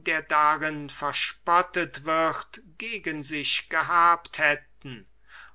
der darin verspottet wird gegen sich gehabt hätten